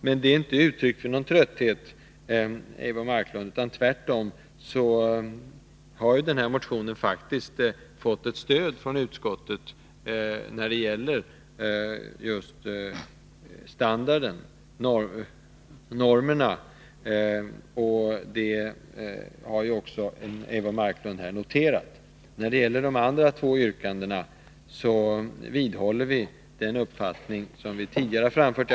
Men det är inte uttryck för någon trötthet, Eivor 24 mars 1982 Marklund, utan tvärtom har motionen faktiskt fått ett stöd från utskottet när det gäller just kvalitetsnormerna, och det har också Eivor Marklund När det gäller de andra två yrkandena vidhåller vi den uppfattning som vi m.m. tidigare har framfört.